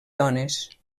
dones